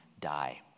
die